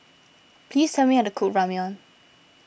please tell me how to cook Ramyeon